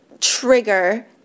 trigger